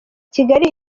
kigali